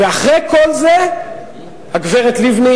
ואחרי כל זה, הגברת לבני